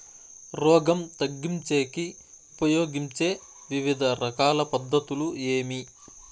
రోగం తగ్గించేకి ఉపయోగించే వివిధ రకాల పద్ధతులు ఏమి?